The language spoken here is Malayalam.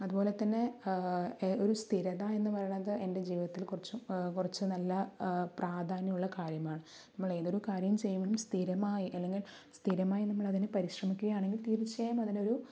അതുപോലെ തന്നെ ഒരു സ്ഥിരത എന്നു പറയുന്നത് എന്റെ ജീവിതത്തിൽ കുറച്ച് കുറച്ച് നല്ല പ്രാധാന്യമുള്ള കാര്യമാണ് നമ്മൾ എതൊരു കാര്യം ചെയ്യും സ്ഥിരമായി അല്ലെങ്കിൽ സ്ഥിരമായി നമ്മൾ അതിന് പരിശ്രമിക്കുകയാണെങ്കിൽ തീർച്ചയായും അതിനൊരു